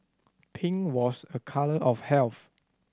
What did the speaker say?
pink was a colour of health